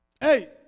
Hey